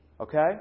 Okay